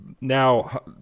now